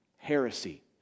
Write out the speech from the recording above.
heresy